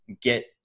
get